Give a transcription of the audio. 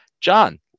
John